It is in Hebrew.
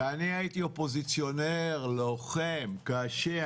ואני הייתי אופוזיציונר לוחם קשה,